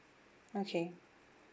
okay